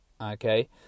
Okay